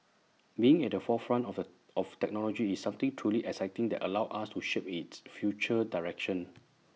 being at the forefront of A of technology is something truly exciting that allows us to shape its future direction